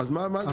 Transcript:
אז מה?